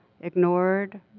ignored